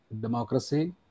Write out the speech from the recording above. Democracy